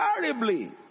terribly